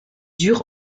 dure